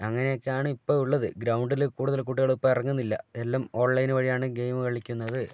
അങ്ങനെയൊക്കെയാണ് ഇപ്പോൾ ഉള്ളത് ഗ്രൗണ്ടിൽ കൂടുതൽ കുട്ടികളിപ്പോൾ ഇറങ്ങുന്നില്ല എല്ലാം ഓൺലൈൻ വഴിയാണ് ഗെയിം കളിക്കുന്നത്